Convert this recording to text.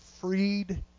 freed